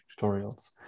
tutorials